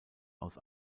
aus